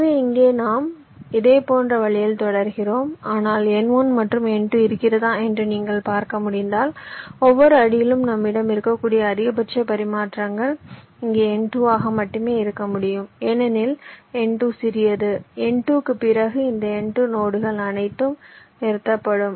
எனவே இங்கே நாம் இதேபோன்ற வழியில் தொடர்கிறோம் ஆனால் n1 மற்றும் n2 இருக்கிறதா என்று நீங்கள் பார்க்க முடிந்தால் ஒவ்வொரு அடியிலும் நம்மிடம் இருக்கக்கூடிய அதிகபட்ச பரிமாற்றங்கள் இங்கே n2 ஆக மட்டுமே இருக்க முடியும் ஏனெனில் n2 சிறியது n2 க்குப் பிறகு இந்த n2 நோடுகள் அனைத்தும் நிறுத்தப்படும்